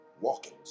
walking